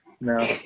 no